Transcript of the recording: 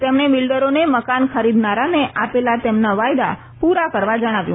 તેમણે બિલ્ડરોને મકાન ખરીદનારને આપેલા તેમના વાયદા પુરા કરવા જણાવ્યું